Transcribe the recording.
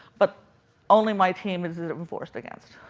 but only my team is is it enforced against.